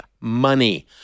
money